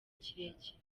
kirekire